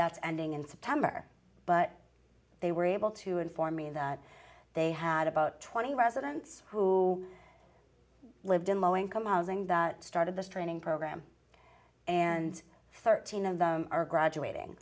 that's ending in september but they were able to inform me that they had about twenty residents who lived in low income housing that started this training program and thirteen of them are graduating